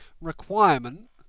requirement